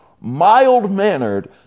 Mild-mannered